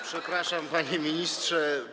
Przepraszam, panie ministrze.